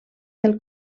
del